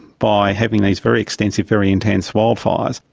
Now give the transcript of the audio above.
by having these very extensive, very intense wildfires.